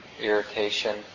irritation